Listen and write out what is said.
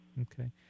Okay